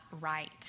right